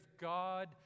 God